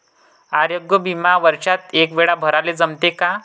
आरोग्य बिमा वर्षात एकवेळा भराले जमते का?